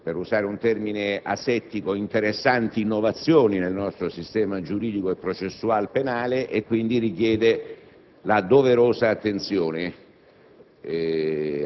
per usare un termine asettico – interessanti innovazioni nel nostro sistema giuridico e processualpenale, e quindi richiede la giusta e doverosa attenzione.